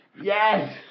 Yes